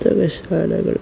പുസ്തകശാലകൾ